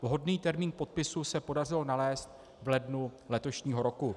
Vhodný termín k podpisu se podařilo nalézt v lednu letošního roku.